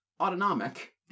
autonomic